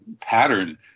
pattern